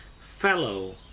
Fellow